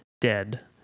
Dead